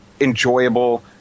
enjoyable